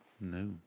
No